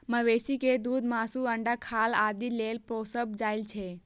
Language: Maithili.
मवेशी कें दूध, मासु, अंडा, खाल आदि लेल पोसल जाइ छै